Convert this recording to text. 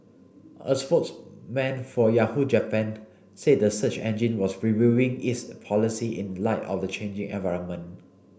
a spokesman for Yahoo Japan said the search engine was reviewing its policy in light of the changing environment